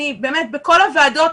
אני באמת בכל הוועדות.